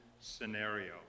scenario